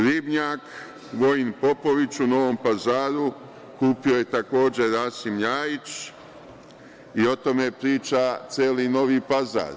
Ribnjak „Vojin Popović“ u Novom Pazaru kupio je, takođe, Rasim Ljajić i o tome priča celi Novi Pazar.